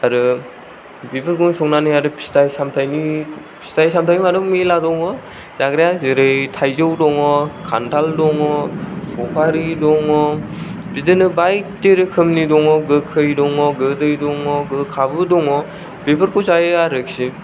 आरो बिफोरखौनो संनानै आरो फिथाय सामथायनि फिथाय सामथाय होनबाथ' गोबां दङ जाग्राया जेरै थायजौ दङ खान्थाल दङ सफारि दङ बिदिनो बायदि रोखोमनि दङ गोखै दङ गोदै दङ गोखाबो दङ बेफोरखौ जायो आरोखि